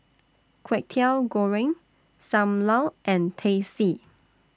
Kwetiau Goreng SAM Lau and Teh C